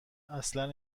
اصلن